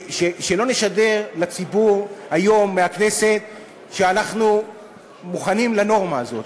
שלא נשדר לציבור היום מהכנסת שאנחנו מוכנים לנורמה הזאת.